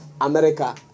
America